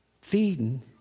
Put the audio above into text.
feeding